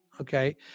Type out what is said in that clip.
okay